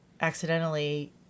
accidentally